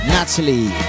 Natalie